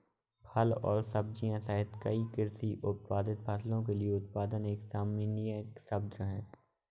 फल और सब्जियां सहित कई कृषि उत्पादित फसलों के लिए उत्पादन एक सामान्यीकृत शब्द है